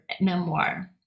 memoir